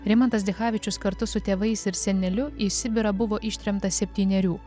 rimantas dichavičius kartu su tėvais ir seneliu į sibirą buvo ištremtas septynerių